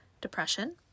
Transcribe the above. depression